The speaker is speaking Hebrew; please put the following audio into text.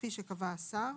כפי שקבע השר,